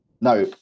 Now